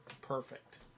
perfect